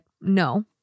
No